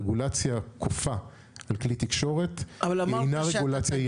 רגולציה כופה על כלי תקשורת אינה רגולציה יעילה.